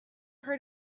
heard